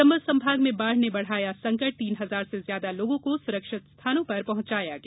चम्बल संभाग में बाढ़ ने बढ़ाया संकट तीन हजार से ज्यादा लोगों को सुरक्षित स्थानों पर पहंचाया गया